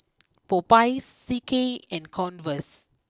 Popeyes C K and Converse